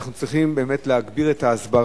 אנחנו צריכים להגביר את ההסברה,